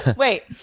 wait.